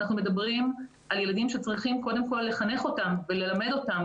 אנחנו מדברים על ילדים שצריכים קודם כל לחנך אותם וללמד אותם